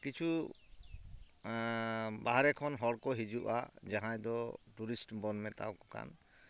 ᱠᱤᱪᱷᱩ ᱵᱟᱦᱨᱮ ᱠᱷᱚᱱ ᱦᱚᱲ ᱠᱚ ᱦᱤᱡᱩᱜᱼᱟ ᱡᱟᱦᱟᱸᱭ ᱫᱚ ᱴᱩᱨᱤᱥᱴ ᱵᱚᱱ ᱢᱮᱛᱟᱣ ᱠᱚ ᱠᱟᱱ